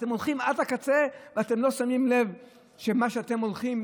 אתם הולכים עד הקצה ואתם לא שמים לב שבמה שאתם הולכים,